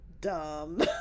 dumb